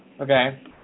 Okay